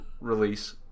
release